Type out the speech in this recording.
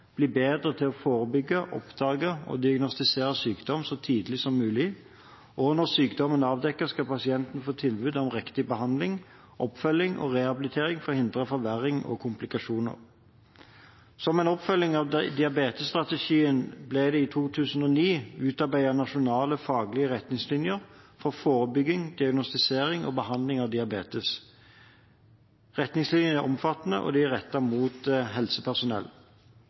bedre til å forebygge, oppdage og diagnostisere sykdom så tidlig som mulig. Og når sykdom er avdekket, skal pasienten få tilbud om riktig behandling, oppfølging og rehabilitering for å hindre forverring og komplikasjoner. Som oppfølging av diabetesstrategien ble det i 2009 utarbeidet nasjonale faglige retningslinjer for forebygging, diagnostisering og behandling av diabetes. Retningslinjene er omfattende, og de er rettet mot helsepersonell.